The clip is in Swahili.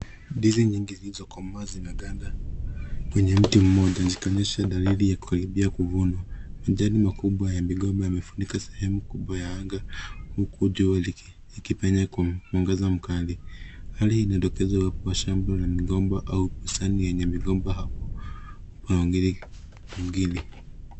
Ndizi nyingi ziliozokamaa zimeganda kwenye mti mmoja. Zikionyesha dalili ya kukaribia kuvunwa. Majani makubwa ya migomba imefunika sehemu kubwa ya anga huku jua likipenya kwa mwangaza mkali. Hali inatokeza kuwa shamba la migomba au bustani yenye migomba au mpangilio mwingine.